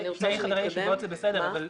שני חדרי ישיבות זה בסדר אבל